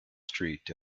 street